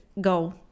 go